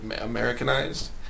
Americanized